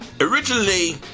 originally